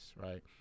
right